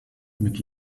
mit